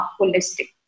holistic